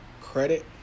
credit